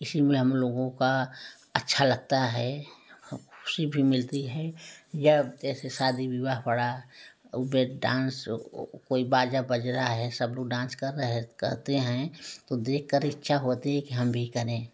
इसी में हम लोगों का अच्छा लगता है खुशी भी मिलती है या जैसे शादी विवाह पड़ा उसपे डांस कोई बाजा बज रहा है सब लोग डांस कर रहे कहते हैं तो देख कर इच्छा होती है कि हम भी करें